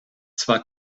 zwar